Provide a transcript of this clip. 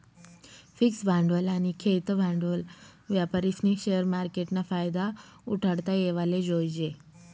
fix भांडवल आनी खेयतं भांडवल वापरीस्नी शेअर मार्केटना फायदा उठाडता येवाले जोयजे